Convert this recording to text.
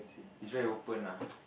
he's very open ah